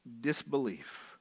disbelief